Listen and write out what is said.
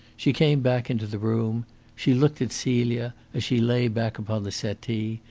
she came back into the room she looked at celia, as she lay back upon the settee,